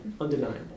undeniable